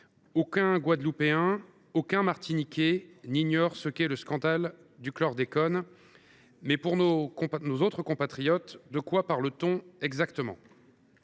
Aucun Guadeloupéen, aucun Martiniquais n’ignore ce qu’est le scandale du chlordécone, mais, pour nos autres compatriotes, de quoi parle t on exactement ?